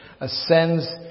ascends